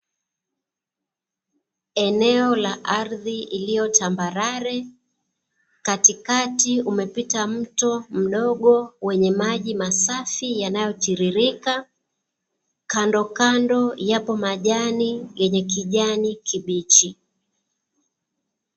Eneo la ardhi iliyotambarare katikati uumepita mto mdogo wenye maji masafi yanayotiririka, kandokando yapo majani yenye kijani kibichi .